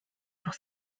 pour